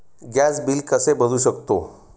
Gas bill कसे भरू शकतो?